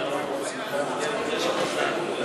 אני רוצה לענות,